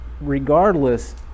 regardless